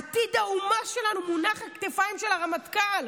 עתיד האומה שלנו מונח על הכתפיים של הרמטכ"ל.